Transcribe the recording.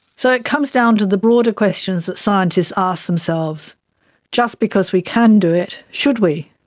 so it comes down to the broader questions that scientists ask themselves just because we can do it, should we?